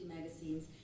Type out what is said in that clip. magazines